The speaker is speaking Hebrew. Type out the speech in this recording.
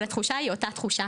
אבל התחושה היא אותה תחושה.